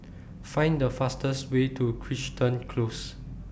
Find The fastest Way to Crichton Close